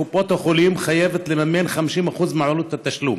קופות החולים חייבות לממן 50% מעלות התשלום